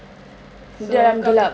dia dalam gelap